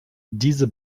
diese